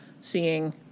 seeing